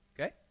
Okay